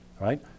right